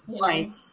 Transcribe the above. right